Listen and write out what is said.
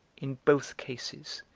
in both cases,